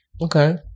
Okay